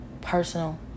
personal